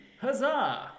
Huzzah